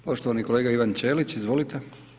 Poštovani kolega Ivan Ćelić, izvolite.